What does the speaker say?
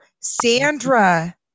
Sandra